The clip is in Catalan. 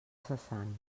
cessant